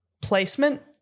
placement